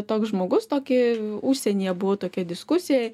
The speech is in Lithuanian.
toks žmogus tokį užsienyje buvo tokia diskusija